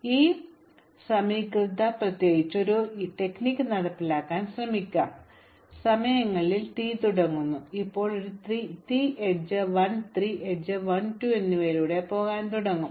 അതിനാൽ ഈ സാമ്യത പ്രത്യേകിച്ചും ഈ തന്ത്രം നടപ്പിലാക്കാൻ ശ്രമിക്കാം അതിനാൽ ഞങ്ങൾ ഈ ഉറവിട ശീർഷകത്തിന് 0 സമയങ്ങളിൽ തീയിടാൻ തുടങ്ങുന്നു ഇപ്പോൾ ഒരു തീ എഡ്ജ് 1 3 എഡ്ജ് 1 2 എന്നിവയിലൂടെ പോകാൻ തുടങ്ങും